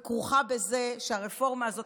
והיא כרוכה בזה שהרפורמה הזאת,